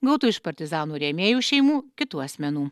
gautų iš partizanų rėmėjų šeimų kitų asmenų